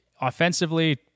offensively